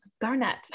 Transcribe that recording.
Garnett